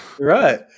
Right